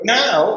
now